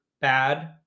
bad